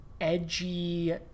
edgy